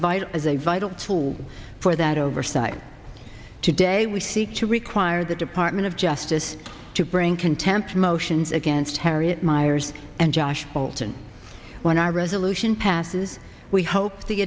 vital as a vital tool for that oversight today we seek to require the department of justice to bring contempt motions against harriet miers and josh bolten when our resolution passes we hope the